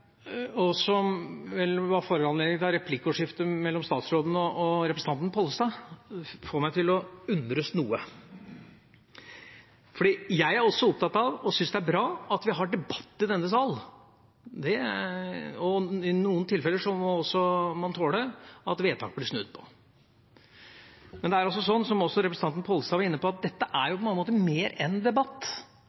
som vel var foranledningen til replikkordskiftet mellom statsråden og representanten Pollestad, får meg til å undres noe. Jeg er også opptatt av, og syns det er bra, at vi har debatt i denne sal. I noen tilfeller må man også tåle at vedtak blir snudd på. Men det er også sånn, som representanten Pollestad var inne på, at dette på mange måter er mer enn en debatt.